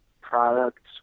products